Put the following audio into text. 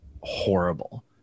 horrible